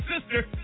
sister